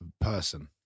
person